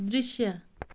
दृश्य